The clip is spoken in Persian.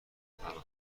پناهندگی